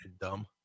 dumb